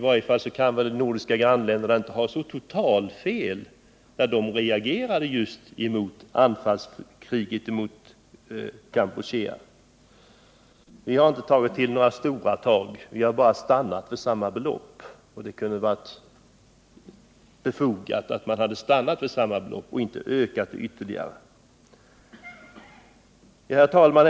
I varje fall kan väl våra nordiska grannländer inte ha så totalt fel när de reagerade just mot anfallskriget mot Kampuchea. Vi har inte tagit till några stora tag. Vi har bara stannat vid att föreslå samma belopp. Det vore befogat om riksdagen följde detta förslag och inte ökade beloppet ytterligare. Herr talman!